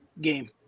game